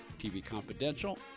tvconfidential